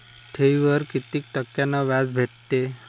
ठेवीवर कितीक टक्क्यान व्याज भेटते?